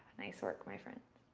nice work, my friend.